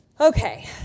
Okay